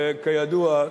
כידוע,